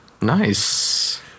Nice